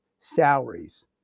salaries